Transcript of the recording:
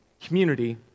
community